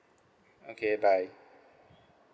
okay bye